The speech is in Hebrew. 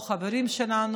או מהחברים שלנו,